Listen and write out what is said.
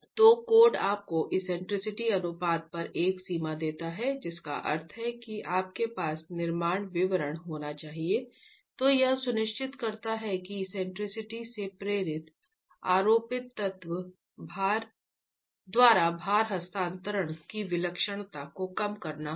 तो कोड आपको एक्सेंट्रिसिटी अनुपात पर एक सीमा देता है जिसका अर्थ है कि आपके पास निर्माण विवरण होना चाहिए जो यह सुनिश्चित करता है कि एक्सेंट्रिसिटी से प्रेरित आरोपित तत्वों द्वारा भार हस्तांतरण की विलक्षणता को कम करना होगा